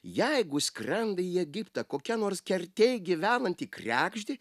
jeigu skrenda į egiptą kokia nors kertėj gyvenanti kregždė